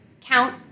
count